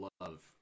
love